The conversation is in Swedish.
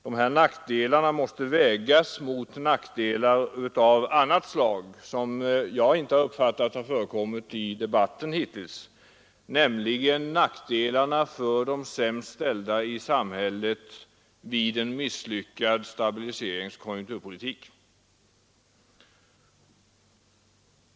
Dessa nackdelar måste vägas mot nackdelar av annat slag som inte, såvitt jag uppfattat, har berörts i debatten hittills, nämligen nackdelarna för de sämst ställda i samhället av en misslyckad stabiliseringsoch konjunkturpolitik.